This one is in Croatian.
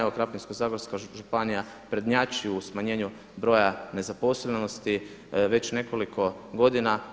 Evo Krapino-zagorska županija prednjači u smanjenju broj nezaposlenosti, već nekoliko godina.